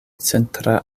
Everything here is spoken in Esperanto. centra